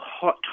hot